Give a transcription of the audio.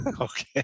okay